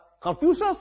Confucius